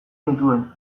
nituen